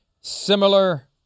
Similar